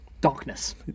darkness